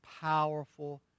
powerful